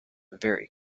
vary